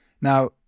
Now